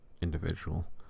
individual